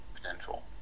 potential